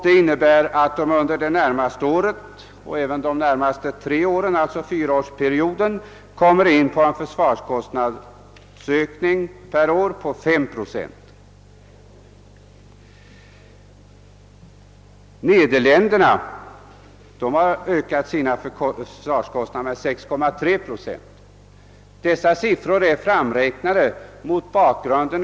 Det innebär att Västtyskland under den närmaste fyraårsperioden får en försvarskostnadsökning per år på 5 procent. Nederländerna ökar sina försvarskostnader med 6,3 procent. Dessa siffrar är de verkliga kostnaderna.